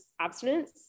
abstinence